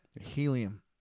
Helium